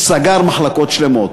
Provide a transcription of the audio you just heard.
וסגר מחלקות שלמות.